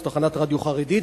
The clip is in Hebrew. זו תחנת רדיו חרדית,